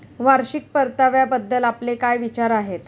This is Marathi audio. वार्षिक परताव्याबद्दल आपले काय विचार आहेत?